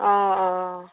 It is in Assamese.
অঁ অঁ অঁ